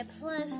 plus